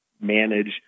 manage